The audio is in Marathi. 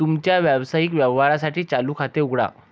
तुमच्या व्यावसायिक व्यवहारांसाठी चालू खाते उघडा